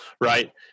right